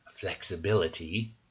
flexibility